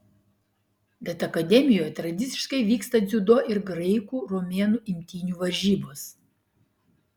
bet akademijoje tradiciškai vyksta dziudo ir graikų romėnų imtynių varžybos